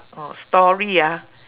orh story ah